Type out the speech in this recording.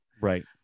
Right